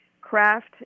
CRAFT